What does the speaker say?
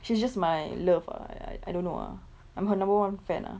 she's just my love ah I I I don't know ah I'm her number one fan lah